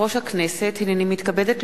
ראש הממשלה לשאת נאום מדיני.